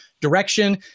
direction